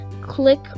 click